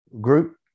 group